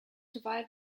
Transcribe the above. survive